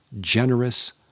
generous